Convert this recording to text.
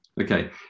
okay